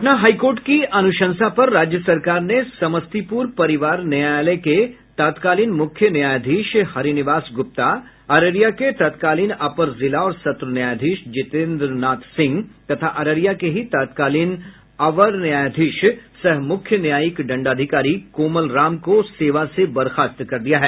Patna high court की अनुशंसा पर राज्य सरकार ने समस्तीपुर परिवार न्यायालय के तत्कालीन मुख्य न्यायाधीश हरिनिवास गुप्ता अररिया के तत्कालीन अपर जिला और सत्र न्यायाधीश जितेन्द्र नाथ सिंह तथा अररिया के ही तत्कालीन अवर न्यायाधीश सह मुख्य न्यायिक दंडाधिकारी कोमल राम को सेवा से बर्खास्त कर दिया है